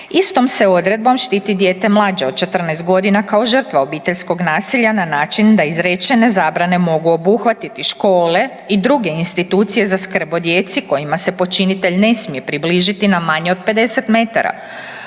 Istom se odredbom štiti dijete mlađe od 14 godina kao žrtva obiteljskog nasilja na način da izrečene zabrane mogu obuhvatiti škole i druge institucije za skrb o djeci kojima se počinitelj ne smije približiti na manje od 50 m.